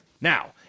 Now